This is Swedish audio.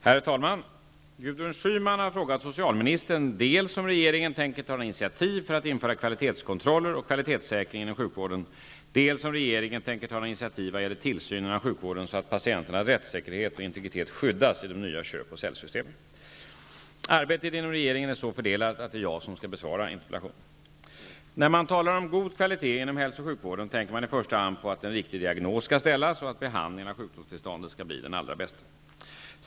Herr talman! Gudrun Schyman har frågat socialministern dels om regeringen tänker ta några initiativ för att införa kvalitetskontroller och kvalitetssäkring inom sjukvården, dels om regeringen tänker ta några initiativ vad gäller tillsynen av sjukvården så att patienternas rättssäkerhet och integritet skyddas i de nya ''köp och sälj''-systemen. Arbetet inom regeringen är så fördelat att det är jag som skall besvara interpellationen. När man talar om god kvalitet inom hälso och sjukvården tänker man i första hand på att en riktig diagnos skall ställas och att behandlingen av sjukdomstillståndet skall bli den allra bästa.